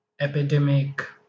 epidemic